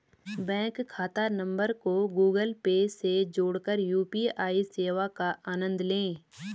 bank खाता नंबर को गूगल पे से जोड़कर यू.पी.आई सेवा का आनंद लें